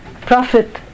Prophet